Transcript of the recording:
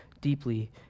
deeply